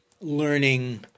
learning